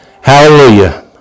Hallelujah